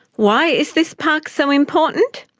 why is this park so important?